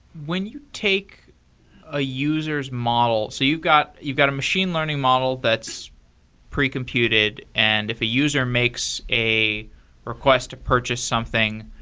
when you take a user s model so you've got you've got a machine learning model that's pre-computed, and if a user makes a request to purchase something,